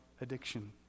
addiction